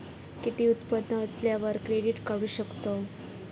किती उत्पन्न असल्यावर क्रेडीट काढू शकतव?